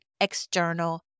external